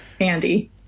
Andy